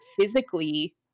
physically